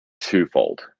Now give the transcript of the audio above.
twofold